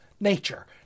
nature